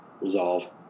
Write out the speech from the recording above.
resolve